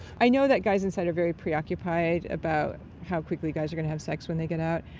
i know that guys inside are very preoccupied about how quickly guys are gonna have sex when they get out.